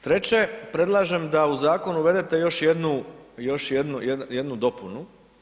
Treće, predlažem da u zakon uvedete još jednu dopunu.